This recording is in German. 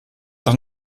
doch